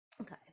Okay